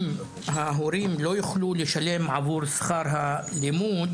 אם ההורים לא יוכלו לשלם עבור שכר הלימוד,